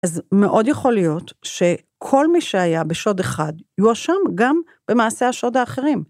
אז מאוד יכול להיות שכל מי שהיה בשוד אחד, יואשם גם במעשי השוד האחרים.